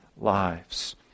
lives